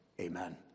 Amen